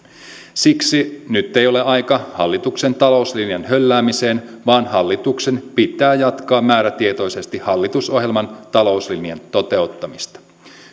siksi nyt ei ole aika hallituksen talouslinjan hölläämiseen vaan hallituksen pitää jatkaa määrätietoisesti hallitusohjelman talouslinjan toteuttamista